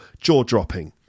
jaw-dropping